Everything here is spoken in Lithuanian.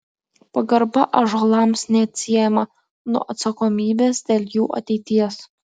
pagarba ąžuolams neatsiejama nuo atsakomybės dėl jų ateities